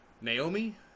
Naomi